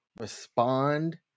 respond